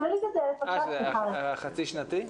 זה חצי שנתי?